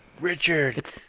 Richard